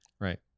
Right